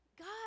God